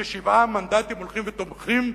ששבעה מנדטים הולכים ותומכים,